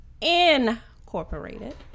Incorporated